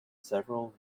several